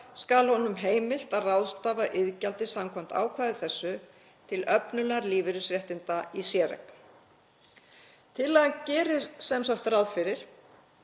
skal honum heimilt að ráðstafa iðgjaldi samkvæmt ákvæði þessu til öflunar lífeyrisréttinda í séreign.“ Tillagan gerir sem sagt ráð fyrir